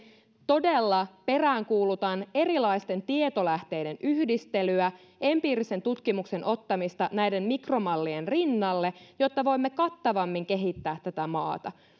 todella peräänkuulutan erilaisten tietolähteiden yhdistelyä empiirisen tutkimuksen ottamista näiden mikromallien rinnalle jotta voimme kattavammin kehittää tätä maata